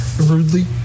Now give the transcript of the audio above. rudely